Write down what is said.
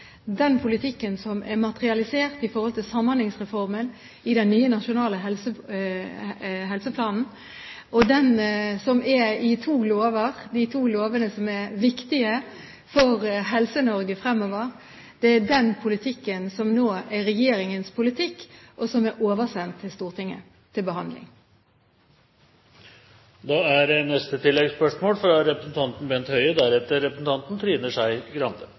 den politikken som er materialisert i Samhandlingsreformen i den nye Nasjonal helseplan, og den som er i de to lovene som er viktige for Helse-Norge fremover, er den politikken som nå er regjeringens politikk, og som er oversendt til Stortinget til behandling. Bent Høie – til oppfølgingsspørsmål. Jeg registrerer at representanten